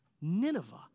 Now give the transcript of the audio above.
Nineveh